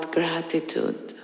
gratitude